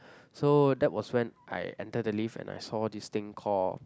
so that was when I enter the lift and I saw this thing call